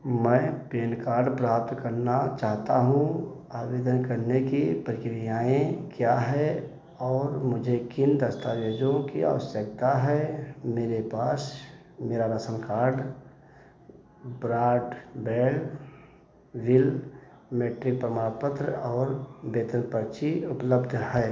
मैं PAN card प्राप्त करना चाहता हूँ आवेदन करने की प्रक्रियाएँ क्या है और मुझे किन दस्तावेजों की आवश्यकता है मेरे पास मेरा रासन कार्ड ब्राट बेल मेट्री प्रमाण पत्र और वेतन पर्ची उपलब्ध है